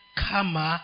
kama